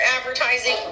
advertising